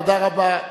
תודה רבה.